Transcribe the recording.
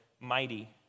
mighty